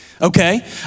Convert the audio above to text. Okay